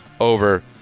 over